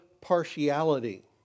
partiality